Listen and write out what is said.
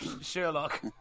Sherlock